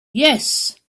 yes